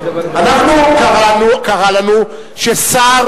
קרה לנו ששר